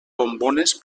bombones